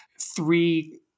three